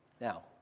Now